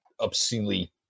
obscenely